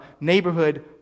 neighborhood